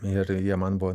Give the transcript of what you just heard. ir jie man buvo